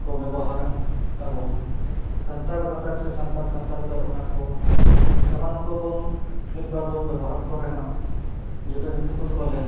ᱠᱚ ᱵᱮᱵᱚᱦᱟᱨᱟ ᱟᱵᱚ ᱥᱟᱱᱛᱟᱲ ᱜᱟᱛᱟᱠ ᱥᱮ ᱥᱟᱱᱛᱟᱲ ᱥᱟᱶᱛᱟ ᱨᱮᱫᱚ ᱚᱱᱟᱠᱚ ᱥᱟᱢᱟᱱ ᱠᱚᱵᱚᱱ ᱢᱤᱜᱵᱟᱨ ᱵᱚᱱ ᱵᱮᱵᱚᱦᱟᱨ ᱠᱚᱨᱮ ᱦᱚᱸ ᱡᱚᱛᱚ ᱧᱩᱛᱩᱢ ᱠᱚᱫᱚ ᱯᱟᱞᱮᱱ